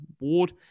Ward